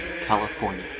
California